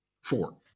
four